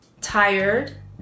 tired